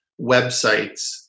websites